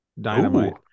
Dynamite